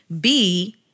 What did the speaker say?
B-